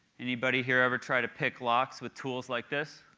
anybody here ever tried to pick locks with tools like this?